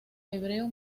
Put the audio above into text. hebreo